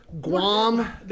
Guam